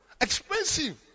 Expensive